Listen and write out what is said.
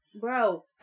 Bro